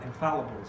infallibles